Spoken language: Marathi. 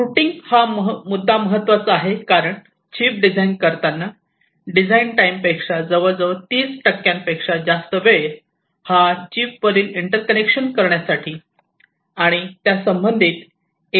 रुटींग हा मुद्दा महत्त्वाचा आहे कारण चीप डिझाईन करताना डिझाईन टाईम पेक्षा जवळजवळ 30 टक्क्यांपेक्षा जास्त वेळ हा चीप वरील इंटर्कनेक्शन करण्यासाठी आणि त्या संबंधित एरिया साठी लागू शकतो